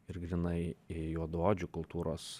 ir grynai juodaodžių kultūros